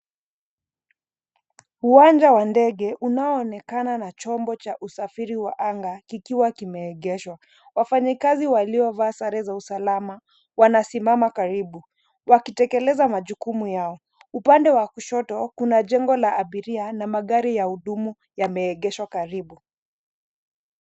Uwanja wa ndege unaoonekana na chombo cha usafiri wa anga, kikiwa kimeegeshwa. Wafanyakazi waliovaa sare za usalama wanasimama karibu, wakitekeleza majukumu yao. Upande wa kushoto kuna jengo la abiria na magari ya hudumu yameegeshwa karibu.